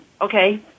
okay